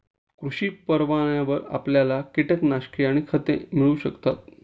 कृषी परवान्यावर आपल्याला कीटकनाशके आणि खते मिळू शकतात